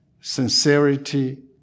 sincerity